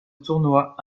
tournoi